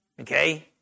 okay